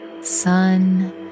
sun